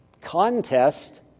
contest